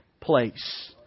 place